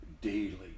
daily